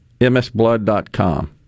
msblood.com